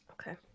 Okay